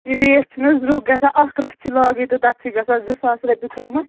یہِ ریٹ چھِنہٕ حظ درٛۅگ گژھان اَکھ رَژھ چھِ لاگٕنۍ تہٕ تَتھ چھِ گژھان زٕ ساس رۄپیہِ قۭمَتھ